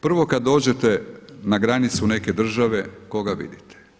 Prvo kad dođete na granicu neke države koga vidite?